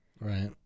Right